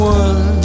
one